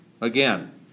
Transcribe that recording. Again